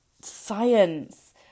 science